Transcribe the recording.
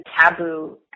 taboo